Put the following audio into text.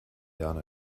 jahren